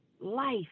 life